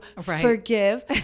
forgive